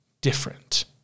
different